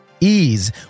ease